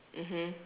mmhmm